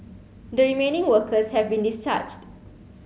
the remaining workers have been discharged